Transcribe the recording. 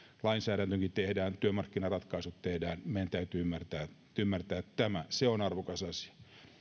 lainsäädäntökin tehdään ja työmarkkinaratkaisut tehdään meidän täytyy ymmärtää ymmärtää tämä se on arvokas asia